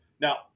Now